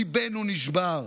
ליבנו נשבר.